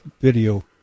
video